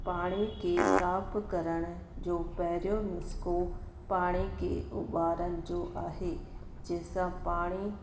पाणी खे साफु करण जो पहिरियों नुस्खो पाणी के उॿारण जो आहे जंहि सां पाणी